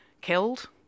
killed